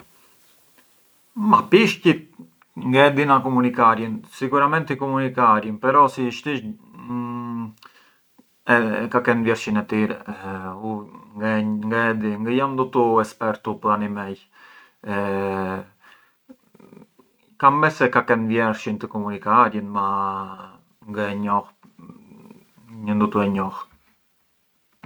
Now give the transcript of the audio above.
Ma pishqit, ngë e di na komunikarjën, sicuramenti komunikarjën però si isht isht, ka kenë vjershin e tire, u ngë e di, ngë janë ndutu espertu animejvesh, ka kenë vjershin të komunikarjën ma ngë e njoh, ngë ndutu e njoh.